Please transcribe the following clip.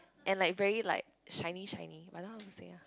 and like very like shiny shiny but I don't know how to say ah